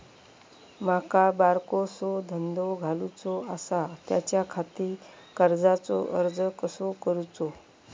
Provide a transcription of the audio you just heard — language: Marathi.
माका बारकोसो धंदो घालुचो आसा त्याच्याखाती कर्जाचो अर्ज कसो करूचो?